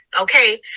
okay